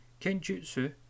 Kenjutsu